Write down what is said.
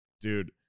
Dude